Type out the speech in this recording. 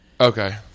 Okay